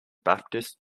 baptist